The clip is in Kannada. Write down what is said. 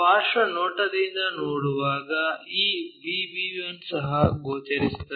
ಪಾರ್ಶ್ವ ನೋಟದಿಂದ ನೋಡುವಾಗ ಈ B B 1 ಸಹ ಗೋಚರಿಸುತ್ತದೆ